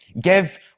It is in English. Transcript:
Give